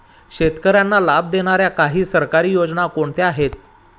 शेतकऱ्यांना लाभ देणाऱ्या काही सरकारी योजना कोणत्या आहेत?